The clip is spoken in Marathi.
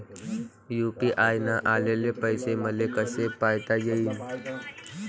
यू.पी.आय न आलेले पैसे मले कसे पायता येईन?